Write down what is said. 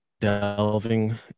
delving